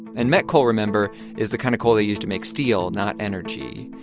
and met coal, remember, is the kind of coal they used to make steel, not energy.